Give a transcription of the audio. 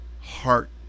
heart